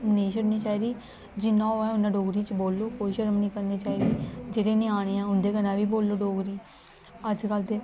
नेईं छड्डनी चाहिदी जिन्ना होऐ उ'न्ना डोगरी च बोलो कोई शरम निं करनी चाहिदी जेह्ड़े ञ्यानें ऐं उं'दे कन्नै बी बोलो डोगरी अजकल्ल ते